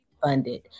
funded